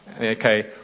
Okay